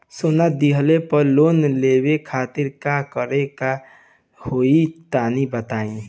सोना दिहले पर लोन लेवे खातिर का करे क होई तनि बताई?